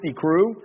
crew